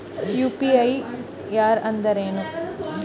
UPI ಯಾರ್ ತಂದಾರ?